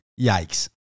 Yikes